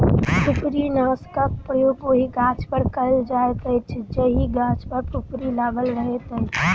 फुफरीनाशकक प्रयोग ओहि गाछपर कयल जाइत अछि जाहि गाछ पर फुफरी लागल रहैत अछि